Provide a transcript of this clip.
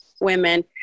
women